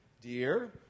dear